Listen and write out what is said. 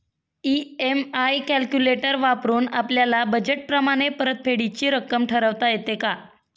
EMI calculator वापरून आपापल्या budget प्रमाणे परतफेडीची रक्कम ठरवता येते का?